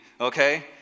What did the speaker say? okay